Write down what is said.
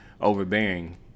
overbearing